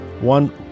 one